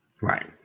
right